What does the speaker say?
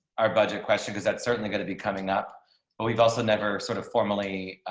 our budget question because that's certainly going to be coming up. but we've also never sort of formally